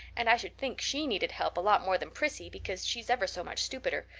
and i should think she needed help a lot more than prissy because she's ever so much stupider,